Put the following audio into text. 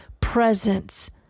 presence